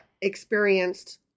experienced